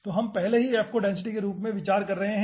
तो हम पहले f को डेंसिटी के रूप में विचार कर रहे हैं